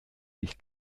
sich